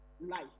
life